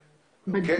לבידוד.